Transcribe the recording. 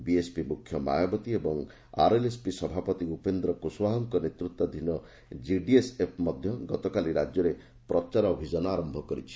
BSP ମୁଖ୍ୟ ମାୟାବତୀ ଓ RLSP ସଭାପତି ଉପେନ୍ଦ୍ର କୁଶଓ୍ପାହଙ୍କ ନେତୃତ୍ୱାଧିନ ଜିଡିଏସ୍ଏଫ୍ ମଧ୍ୟ ଗତକାଲି ରାଜ୍ୟରେ ପ୍ରଚାର ଅଭିଯାନ ଆରମ୍ଭ କରିଛି